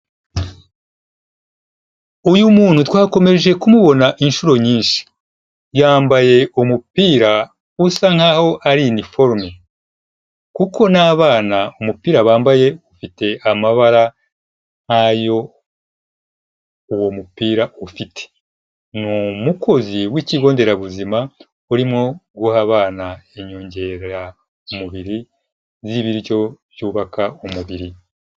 Uyu muntu twakomeje kumubona inshuro nyinshi. Yambaye umupira usa nk'aho ari iniforme kuko n'abana umupira bambaye ufite amabara nk'ayo uwo mupira ufite. Ni umukozi w'ikigo nderabuzima urimo guha abana inyongeramubiri z'ibiryo byubaka umubiri.